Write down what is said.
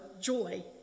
joy